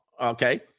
okay